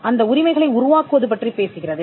அந்த உரிமைகளை உருவாக்குவது பற்றிப் பேசுகிறது